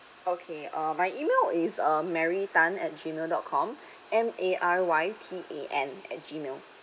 okay uh my email is uh mary tan at gmail dot com M A R Y T A N at gmail